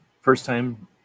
first-time